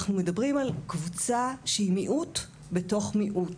אנחנו מדברים על קבוצה שהיא מיעוט בתוך מיעוט.